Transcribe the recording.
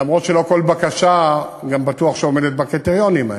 למרות שלא בטוח שכל בקשה עומדת בקריטריונים האלה.